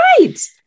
Right